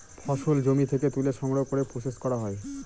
ফসল জমি থেকে তুলে সংগ্রহ করে প্রসেস করা হয়